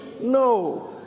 No